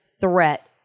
threat